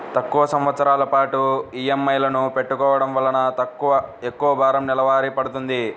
తక్కువ సంవత్సరాల పాటు ఈఎంఐలను పెట్టుకోవడం వలన ఎక్కువ భారం నెలవారీ పడ్తుంది